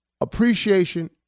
Appreciation